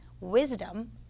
Wisdom